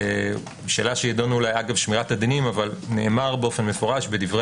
שאלה שידונו עליה אגב שמירת הדינים אך נאמר באופן מפורש בדברי